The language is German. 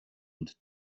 und